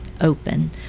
open